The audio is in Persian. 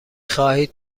خواهید